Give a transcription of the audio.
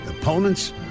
opponents